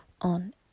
on